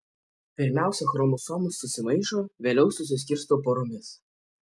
pirmiausia chromosomos susimaišo vėliau susiskirsto poromis